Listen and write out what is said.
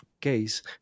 case